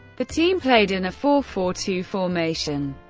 the team played in a four four two formation.